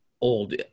old